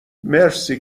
مرسی